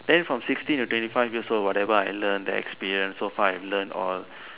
then from sixteen to twenty five years old whatever I learn the experience so far I have learn all